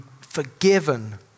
forgiven